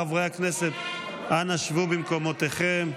חברי הכנסת, אנא שבו במקומותיכם.